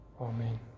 Amen